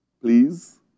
Please